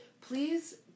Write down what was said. Please